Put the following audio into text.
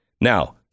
Now